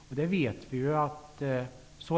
Men så är det inte -- det vet vi.